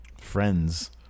friends